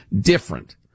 different